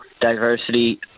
diversity